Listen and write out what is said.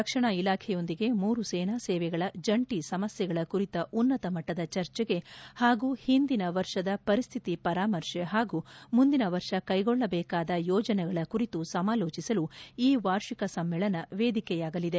ರಕ್ಷಣಾ ಇಲಾಖೆಯೊಂದಿಗೆ ಮೂರು ಸೇನಾ ಸೇವೆಗಳ ಜಂಟಿ ಸಮಸ್ಥೆಗಳ ಕುರಿತ ಉನ್ನತ ಮಟ್ವದ ಚರ್ಚೆಗೆ ಹಾಗೂ ಹಿಂದಿನ ವರ್ಷದ ಪರಿಸ್ಥಿತಿ ಪರಾಮರ್ಶೆ ಹಾಗೂ ಮುಂದಿನ ವರ್ಷ ಕೈಗೊಳ್ಳಬೇಕಾದ ಯೋಜನೆಗಳ ಕುರಿತು ಸಮಾಲೋಚಿಸಲು ಈ ವಾರ್ಷಿಕ ಸಮ್ನೇಳನ ವೇದಿಕೆಯಾಗಲಿದೆ